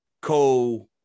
co